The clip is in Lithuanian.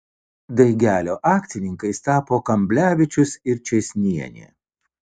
daigelio akcininkais tapo kamblevičius ir čėsnienė